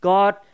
God